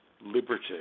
liberty